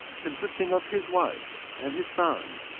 consisting of his wife, and his sons,